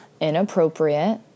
inappropriate